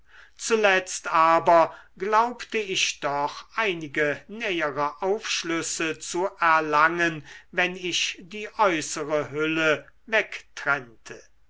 zuletzt aber glaubte ich doch einige nähere aufschlüsse zu erlangen wenn ich die äußere hülle wegtrennte